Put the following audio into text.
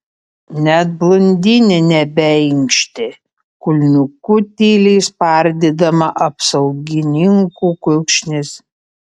net blondinė nebeinkštė kulniuku tyliai spardydama apsaugininkų kulkšnis